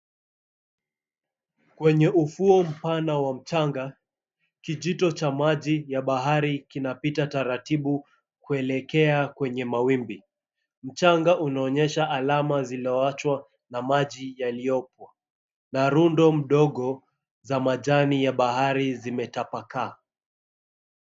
Kwenye ufuo mpana wa mchanga kijito cha maji ya bahari kinapita taratibu kuelekea kwenye mawimbi mchanga unaonyesha alama zilowachwa na maji yaliyopo na rundo mdogo za majani ya bahari zimetapakaa.